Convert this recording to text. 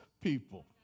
people